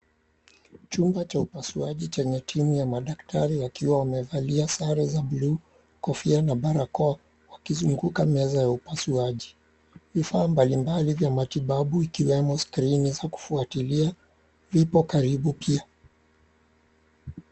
Chumba cha upasuaji chenye timu ya madaktari wakiwa wamevalia sare za bluu, kofia na barakoa wakizunguka meza ya upasuaji. Vifaa mbalimbali vya matibabu ikiwemo skrini za kufwatilia vipo karibu pia.